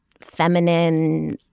feminine